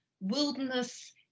wilderness